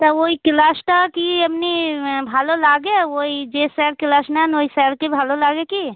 তা ওই ক্লাসটা কি এমনি ভালো লাগে ওই যে স্যার ক্লাস নেন ওই স্যারকে ভালো লাগে কি